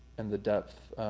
and the depth,